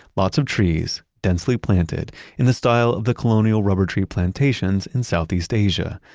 lots of trees, densely planted in the style of the colonial rubber tree plantations in southeast asia.